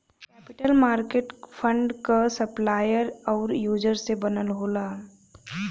capital market fund क supplier आउर user से बनल होला